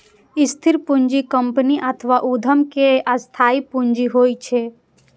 स्थिर पूंजी कंपनी अथवा उद्यम के स्थायी पूंजी होइ छै